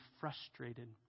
frustrated